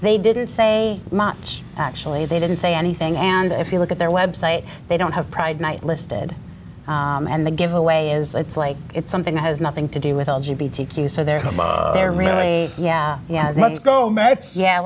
they didn't say much actually they didn't say anything and if you look at their web site they don't have pride night listed and the giveaway is it's like it's something that has nothing to do with l g b t q so they're they're really yeah yeah let's go mets yeah